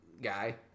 guy